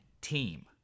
team